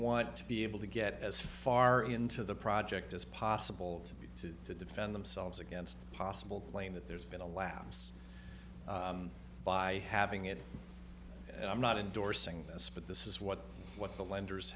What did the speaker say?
want to be able to get as far into the project as possible to to defend themselves against possible claim that there's been a lapse by having it i'm not indorsing this but this is what what the lenders